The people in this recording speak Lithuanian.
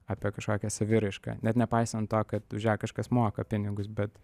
apie kažkokią saviraišką net nepaisant to kad už ją kažkas moka pinigus bet